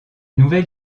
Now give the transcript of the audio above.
nouvelle